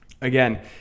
again